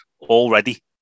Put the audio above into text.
already